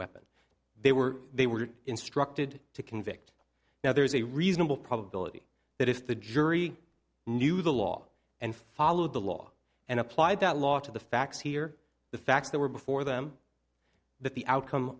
weapon they were they were instructed to convict now there is a reasonable probability that if the jury knew the law and followed the law and applied that law to the facts here the facts that were before them but the outcome